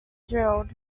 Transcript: drilled